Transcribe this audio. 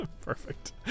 Perfect